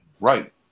Right